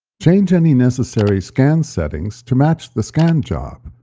change any necessary scan settings to match the scan job,